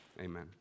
Amen